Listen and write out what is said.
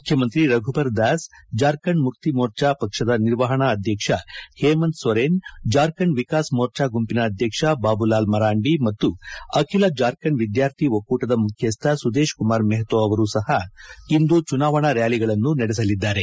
ಮುಖ್ಯಮಂತ್ರಿ ರಘುಬರ ದಾಸ್ ಜಾರ್ಖಂಡ್ ಮುಕ್ತಿ ಮೋರ್ಚಾ ಪಕ್ಷದ ನಿರ್ವಹಣಾ ಅಧ್ಯಕ್ಷ ಹೇಮಂತ್ ಸೊರೇನ್ ಜಾರ್ಖಂಡ್ ವಿಕಾಸ್ ಮೋರ್ಚಾ ಗುಂಪಿನ ಅಧ್ಯಕ್ಷ ಬಾಬುಲಾಲ್ ಮರಾಂಡಿ ಮತ್ತು ಅಖಿಲ ಜಾರ್ಖಂಡ್ ವಿದ್ಯಾರ್ಥಿ ಒಕ್ಕೂಟದ ಮುಖ್ಯಸ್ಥ ಸುದೇಶ್ ಕುಮಾರ್ ಮಹ್ತೊ ಅವರೂ ಸಹ ಇಂದು ಚುನಾವಣಾ ರ್ಯಾಲಿಗಳನ್ನು ನಡೆಸಲಿದ್ದಾರೆ